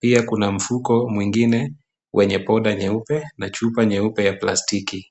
Pia kuna mfuko mwingine wenye poda nyeupe na chupa nyeupe ya plastiki.